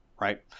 Right